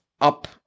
up